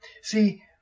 See